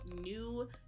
new